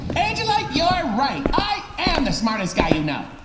angela, you're right. i am the smartest guy you know.